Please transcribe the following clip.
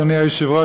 אדוני היושב-ראש,